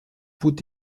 put